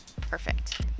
perfect